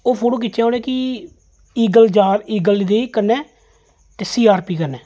ओह् फोटो खिच्चेआ उ'नें कि इगल जां इगल दी कन्नै ते सी आर पी कन्नै